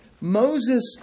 Moses